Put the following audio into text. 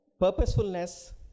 Purposefulness